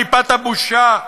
מפאת הבושה.